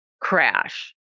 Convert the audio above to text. crash